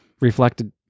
reflected